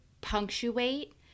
punctuate